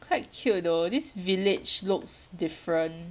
quite cute though this village looks different